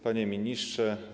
Panie Ministrze!